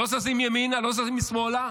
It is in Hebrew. לא זזים ימינה, לא זזים לשמאלה.